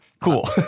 Cool